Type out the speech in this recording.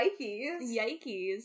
yikes